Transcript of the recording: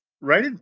right